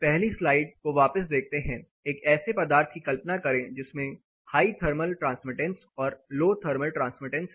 पहली स्लाइड को वापस देखते हैं एक ऐसे पदार्थ की कल्पना करें जिसमें हाइ थर्मल ट्रांसमिटेंस और लो थर्मल ट्रांसमिटेंस है